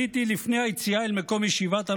עליתי לפני היציאה אל מקום ישיבת הלוחמים,